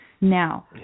Now